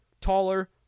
taller